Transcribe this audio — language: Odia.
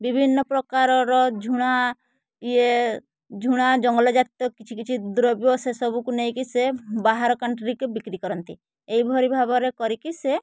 ବିଭିନ୍ନ ପ୍ରକାରର ଝୁଣା ୟେ ଝୁଣା ଜଙ୍ଗଲଜାତ କିଛି କିଛି ଦ୍ରବ୍ୟ ସେ ସବୁକୁ ନେଇକି ସେ ବାହାର କଣ୍ଟ୍ରି କି ବିକ୍ରି କରନ୍ତି ଏଇଭଳି ଭାବରେ କରିକି ସେ